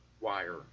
wire